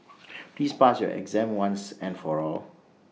please pass your exam once and for all